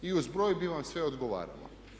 I uz broj bi vam sve odgovaralo.